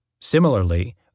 Similarly